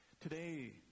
Today